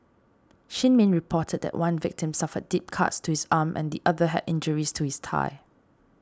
Shin Min reported that one victim suffered deep cuts to his arm and the other had injuries to his thigh